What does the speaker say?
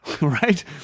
right